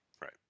Right